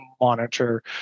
monitor